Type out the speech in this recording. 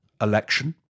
election